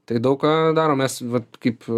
tai daug ką darom mes vat kaip